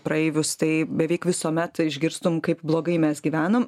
praeivius tai beveik visuomet išgirstum kaip blogai mes gyvenam